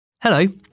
Hello